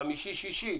חמישי, שישי.